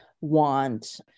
want